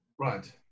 Right